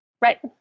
right